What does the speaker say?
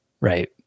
right